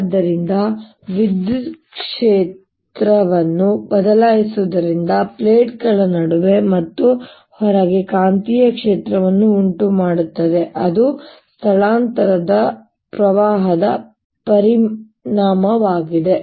ಆದ್ದರಿಂದ ವಿದ್ಯುತ್ ಕ್ಷೇತ್ರವನ್ನು ಬದಲಾಯಿಸುವುದರಿಂದ ಪ್ಲೇಟ್ಗಳ ನಡುವೆ ಮತ್ತು ಹೊರಗೆ ಕಾಂತೀಯ ಕ್ಷೇತ್ರವನ್ನು ಉಂಟುಮಾಡುತ್ತದೆ ಅದು ಸ್ಥಳಾಂತರದ ಪ್ರವಾಹದ ಪರಿಣಾಮವಾಗಿದೆ